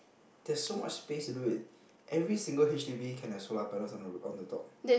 there's so much space to do it every single H_D_B can have solar panels on the ro~ on the top